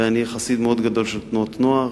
ואני חסיד מאוד גדול של תנועות נוער.